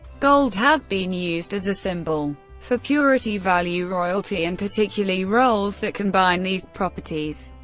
gold has been used as a symbol for purity, value, royalty, and particularly roles that combine these properties.